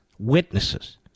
Witnesses